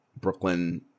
Brooklyn